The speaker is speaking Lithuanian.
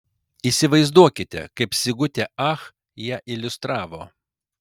įsivaizduokite kaip sigutė ach ją iliustravo